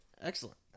Excellent